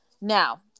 Now